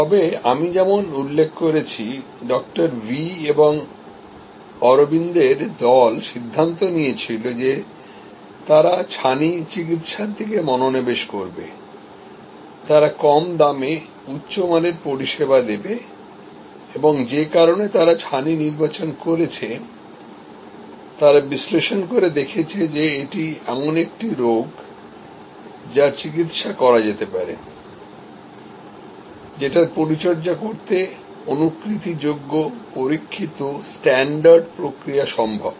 তবে আমি যেমন উল্লেখ করেছি ডঃ ভি এবং অরবিন্দের দল সিদ্ধান্ত নিয়েছিল যে তারা ছানি চিকিৎসার দিকে মনোনিবেশ করবে তারা কম দামে উচ্চমানের পরিষেবা দেবে এবং যে কারণে তারা ছানি নির্বাচন করেছে তারা বিশ্লেষণকরে দেখেছে যে এটি এমন একটি রোগ যার চিকিত্সা করা যেতে পারে যেটার পরিচর্যা করতে অনুকৃতি যোগ্য পরীক্ষিত স্ট্যান্ডার্ড প্রক্রিয়া সম্ভব